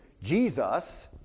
Jesus